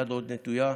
והיד עוד נטויה.